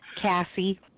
Cassie